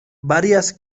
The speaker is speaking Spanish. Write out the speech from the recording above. varias